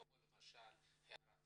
כמו למשל הערות